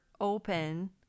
open